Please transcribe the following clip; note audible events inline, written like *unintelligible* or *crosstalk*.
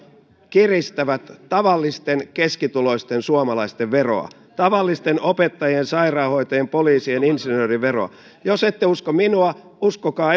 kiristävät tavallisten keskituloisten suomalaisten veroa tavallisten opettajien sairaanhoitajien poliisien insinöörien veroa jos ette usko minua uskokaa *unintelligible*